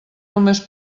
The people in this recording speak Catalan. només